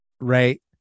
Right